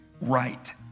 right